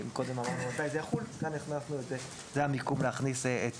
קודם אמרנו מתי זה יחול וכאן זה המוקם להכניס את